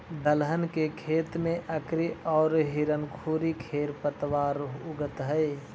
दलहन के खेत में अकरी औउर हिरणखूरी खेर पतवार उगऽ हई